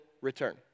return